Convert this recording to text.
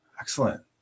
Excellent